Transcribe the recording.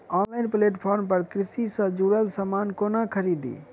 Online platform पर कृषि सँ जुड़ल समान कोना खरीदी?